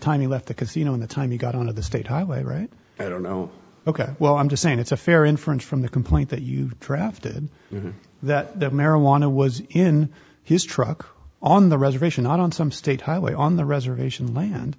he left the casino in the time he got on of the state highway right i don't know ok well i'm just saying it's a fair inference from the complaint that you drafted that the marijuana was in his truck on the reservation not on some state highway on the reservation land